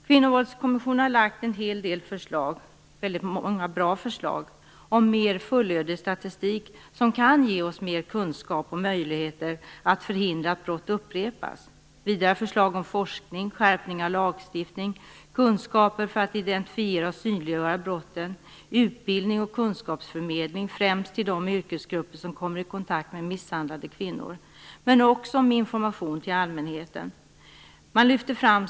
Kvinnovåldskommissionen har lagt fram en hel del förslag, och många av förslagen är bra, om en mera fullödig statistik som kan ge oss mera kunskap och möjligheter att förhindra att brott upprepas. Vidare gäller det förslag om forskning, om en skärpning av lagstiftningen, om kunskaper för att identifiera och synliggöra brotten och om utbildning och kunskapsförmedling, främst i de yrkesgrupper som kommer i kontakt med misshandlade kvinnor, men också om information till allmänheten.